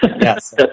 yes